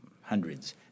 hundreds